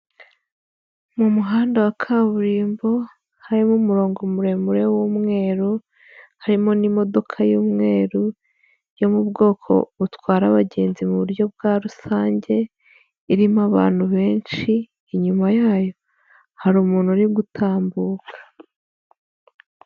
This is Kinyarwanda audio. Mu muhanda wa kaburimbo harimo umurongo muremure w'umweru, harimo n'imodoka y'umweru yo mu bwoko butwara abagenzi mu buryo bwa rusange, irimo abantu benshi, inyuma yayo hari umuntu uri gutambuka.